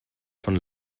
von